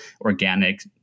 organic